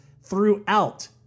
throughout